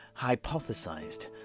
hypothesized